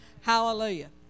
Hallelujah